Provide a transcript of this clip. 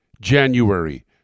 January